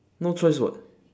no choice [what]